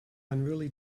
unruly